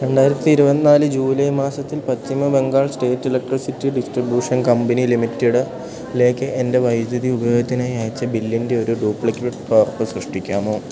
രണ്ടായിരത്തി ഇരുപത്തിനാല് ജൂലൈ മാസത്തിൽ Paschim Bengal state electricity distribution company limited ലേക്ക് എൻ്റെ വൈദ്യുതി ഉപയോഗത്തിനായി അയച്ച ബില്ലിൻ്റെ ഒരു ഡ്യൂപ്ലിക്കേറ്റ് പകർപ്പ് സൃഷ്ടിക്കാമോ